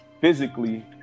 physically